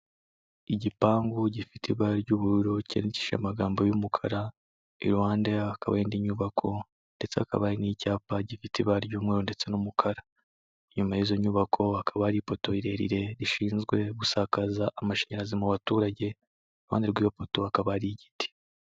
Igipangu gifite ibara ry'ubururu cyandikishije amagambo y'umukara, iruhande yaho hakaba hari indi nyubako ndetse hakaba hari n'icyapa gifite ibara ry'umu ndetse n'umukara, inyuma y'izo nyubako hakaba hari ipoto rirerire rishinzwe gusakaza amashanyarazi mu baturage, ku ruhande rw'iyo poto hakaba hari igiti.